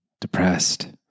depressed